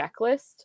checklist